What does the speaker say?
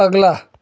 अगला